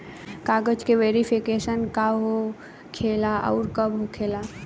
कागज के वेरिफिकेशन का हो खेला आउर कब होखेला?